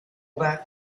that